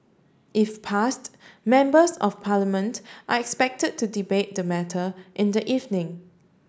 if passed Members of Parliament are expected to debate the matter in the evening